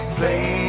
play